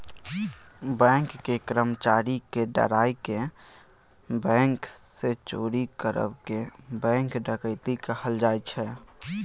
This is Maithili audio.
बैंकक कर्मचारी केँ डराए केँ बैंक सँ चोरी करब केँ बैंक डकैती कहल जाइ छै